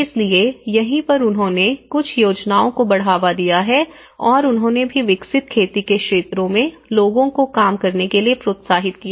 इसलिए यहीं पर उन्होंने कुछ योजनाओं को बढ़ावा दिया है और उन्होंने भी विकसित खेती के क्षेत्रों में लोगों को काम करने के लिए प्रोत्साहित किया